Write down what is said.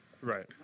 Right